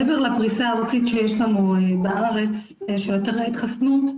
מעבר לפריסה הארצית שיש לנו בארץ של אתרי התחסנות,